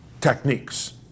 techniques